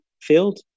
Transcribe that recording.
field